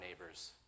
neighbors